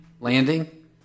landing